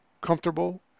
comfortable